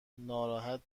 ناراحت